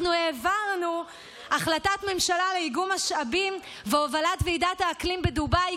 אנחנו העברנו החלטת ממשלה על איגום משאבים והובלת ועידת האקלים בדובאי,